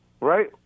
right